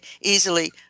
easily